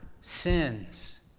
sins